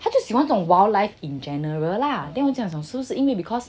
她就喜欢这种 wildlife in general lah then 我就讲是不是因为 because